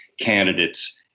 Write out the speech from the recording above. candidates